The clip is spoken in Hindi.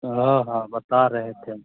हाँ हाँ बता रहे थे